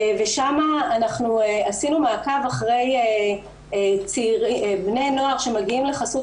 שם אנחנו עשינו מעקב אחרי בני נוער שמגיעים לחסות